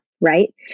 right